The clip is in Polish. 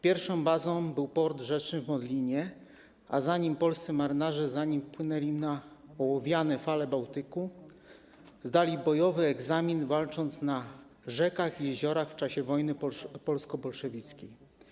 Pierwszą bazą był port rzeczny w Modlinie, a zanim polscy marynarze wpłynęli na ołowiane fale Bałtyku, zdali bojowy egzamin, walcząc na rzekach i jeziorach w czasie wojny polsko-bolszewickiej.